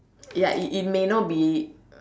ya it it may not be